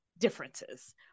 differences